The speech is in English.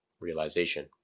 realization